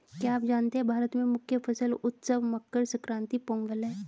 क्या आप जानते है भारत में मुख्य फसल उत्सव मकर संक्रांति, पोंगल है?